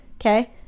okay